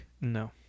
No